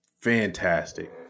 Fantastic